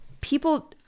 people